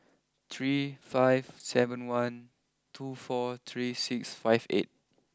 three five seven one two four three six five eight